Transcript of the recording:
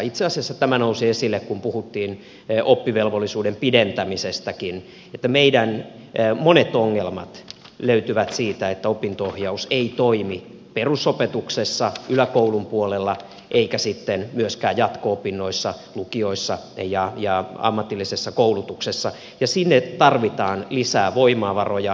itse asiassa tämä nousi esille kun puhuttiin oppivelvollisuuden pidentämisestäkin että meidän monet ongelmat löytyvät siitä että opinto ohjaus ei toimi perusopetuksessa yläkoulun puolella eikä sitten myöskään jatko opinnoissa lukioissa ja ammatillisessa koulutuksessa ja sinne tarvitaan lisää voimavaroja